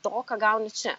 to ką gauni čia